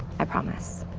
i promise.